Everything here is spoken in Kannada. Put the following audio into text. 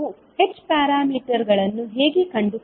ನೀವು h ಪ್ಯಾರಾಮೀಟರ್ಗಳನ್ನು ಹೇಗೆ ಕಂಡುಕೊಳ್ಳುತ್ತೀರಿ